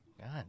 God